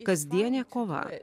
kasdienė kova